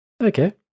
Okay